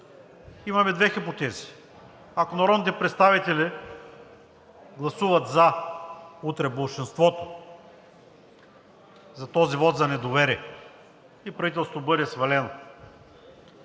Имаме две хипотези. Ако народните представители гласуват за утре, болшинството, за този вот на недоверие и правителството бъде свалено,